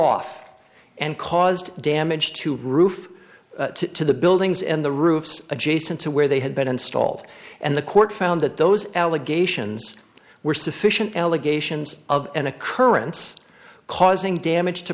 off and caused damage to roof to the buildings and the roofs adjacent to where they had been installed and the court found that those allegations were sufficient allegations of an occurrence causing damage to